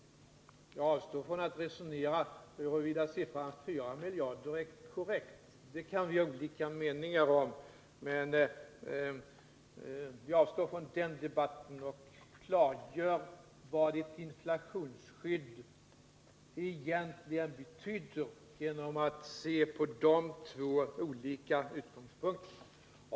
Jag skall emellertid inte diskutera huruvida siffran 4 miljarder är korrekt — det kan vi ha olika meningar om. Jag avstår alltså från den debatten och redogör i stället för vad ett inflationsskydd egentligen betyder genom att se på de två olika utgångspunkterna.